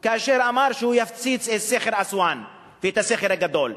אשר אמר שהוא יפציץ את סכר אסואן ואת הסכר הגדול.